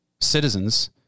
citizens